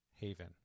Haven